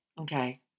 Okay